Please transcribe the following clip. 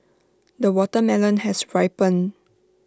the watermelon has ripened